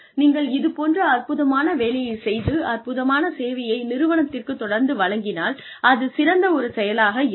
நீங்கள் இதுபோன்ற அற்புதமான வேலையைச் செய்து அற்புதமான சேவையை நிறுவனத்திற்குத் தொடர்ந்து வழங்கினால் அது சிறந்த ஒரு செயலாக இருக்கும்